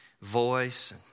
voice